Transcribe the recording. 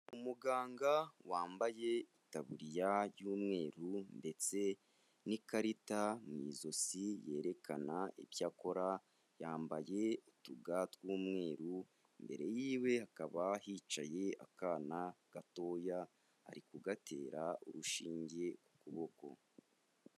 Umuganga wambaye itaburiya y'umweru ndetse n'ikarita mu izosi yerekana ibyo akora, yambaye utuga tw'umweru, imbere y'iwe hakaba hicaye akana gatoya, ari kugatera urushinge ku kuboko.